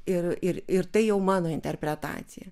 ir ir ir tai jau mano interpretacija